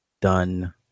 done